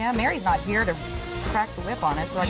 yeah mary is not here to crack the whip on us.